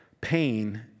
pain